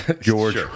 George